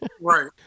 Right